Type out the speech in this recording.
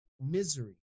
misery